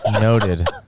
Noted